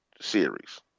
series